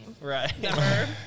right